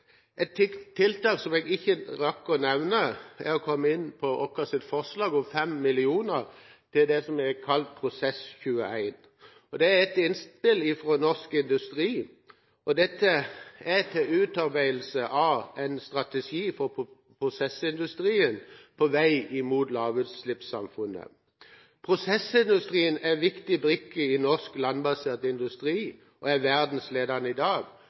Et tiltak som jeg ikke rakk å komme inn på, er vårt forslag om 5 mill. kr til det som er kalt Prosess 21. Det er et innspill fra norsk industri til utarbeidelse av en strategi for prosessindustrien på vei mot lavutslippssamfunnet. Prosessindustrien er en viktig brikke i norsk landbasert industri og er verdensledende i dag.